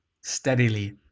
steadily